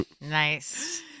Nice